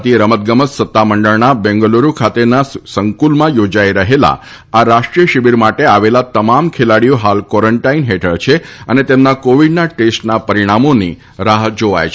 ભારતીય રમત ગમત સત્તામંડળના બેંગલુરુ ખાતેના સંકુલમાં થોજાઇ રહેલાઆ રાષ્ટ્રીય શિબીર માટે આવેલા તમામ ખેલાડીઓ હાલ કવોરન્ટાઇન હેઠળ છે અને તેમના કોવીડના ટેસ્ટના પરીણામોની રાહ જોવાય છે